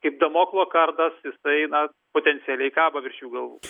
kaip damoklo kardas jisai na potencialiai kabo virš jų galvų